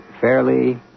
fairly